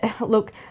look